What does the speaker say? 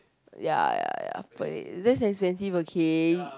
ya ya ya but it less expensive okay